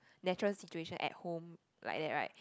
natural situation at home like that right